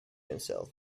himself